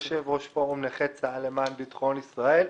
יושב ראש פורום נכי צה"ל למען ביטחון ישראל.